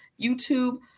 YouTube